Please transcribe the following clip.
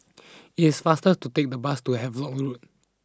it is faster to take the bus to Havelock